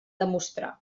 demostrar